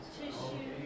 tissue